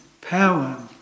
power